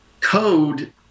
code